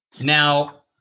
Now